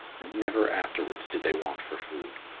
and never afterwards did they want for food.